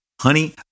honey